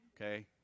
okay